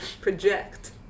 project